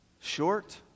Short